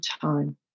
time